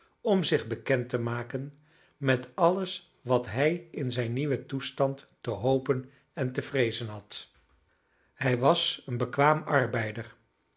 om zich bekend te maken met alles wat hij in zijn nieuwen toestand te hopen en te vreezen had hij was een bekwaam arbeider